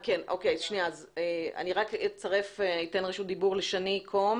אני אתן את רשות הדיבור לשני קום